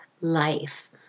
Life